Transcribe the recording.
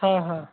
हां हां